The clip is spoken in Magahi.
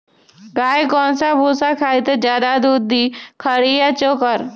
गाय कौन सा भूसा खाई त ज्यादा दूध दी खरी या चोकर?